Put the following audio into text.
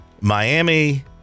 Miami